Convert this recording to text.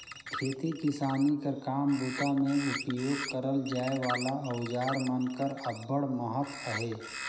खेती किसानी कर काम बूता मे उपियोग करल जाए वाला अउजार मन कर अब्बड़ महत अहे